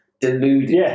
deluded